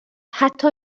حتی